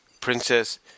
Princess